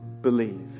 believe